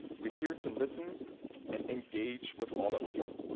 we're here to listen and engage with all of you